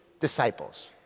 disciples